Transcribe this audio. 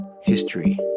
history